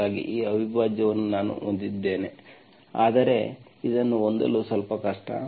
ಹಾಗಾಗಿ ಈ ಅವಿಭಾಜ್ಯವನ್ನು ನಾನು ಹೊಂದಿದ್ದೇನೆ ಆದರೆ ಇದನ್ನು ಹೊಂದಲು ಸ್ವಲ್ಪ ಕಷ್ಟ